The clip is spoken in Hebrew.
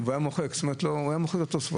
מוחק את התוספות.